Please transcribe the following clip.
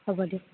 হ'ব দিয়ক